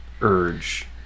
urge